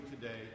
today